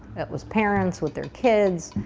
it was parents with their kids,